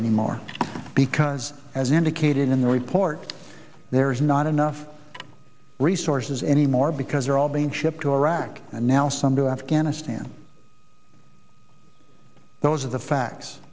anymore because as indicated in the report there's not enough resources anymore because they're all being shipped to iraq and now some to afghanistan those are the facts